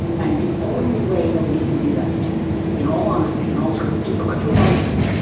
and the only way that we can do that in all honesty, in all sort of intellectual honesty,